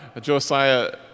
Josiah